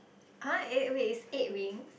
!ah! wait it's eight wings